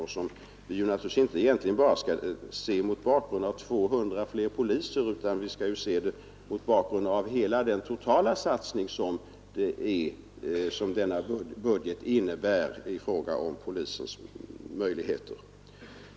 Den insatsen skall vi naturligtvis inte se bara mot bakgrunden av de 200 nya polistjänsterna utan mot bakgrund av hela den totala satsning som denna budget innebär för polisens möjligheter.